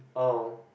oh